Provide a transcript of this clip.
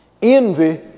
Envy